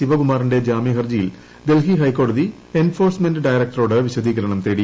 ശിവകുമാറിന്റെ ജാമ്യ ഹർജിയിൽ ഡൽഹി ഹൈക്കോടതി എൻഫോഴ്സ്മെന്റ് ഡയറക്ട്ടറോട് വിശദീകരണം തേടി